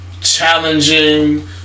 challenging